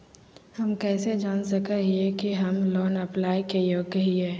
हम कइसे जान सको हियै कि हम लोन अप्लाई के योग्य हियै?